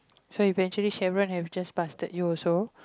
so eventually Cheryl has just busted you also